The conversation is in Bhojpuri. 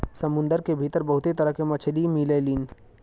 समुंदर के भीतर बहुते तरह के मछली मिलेलीन